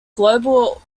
global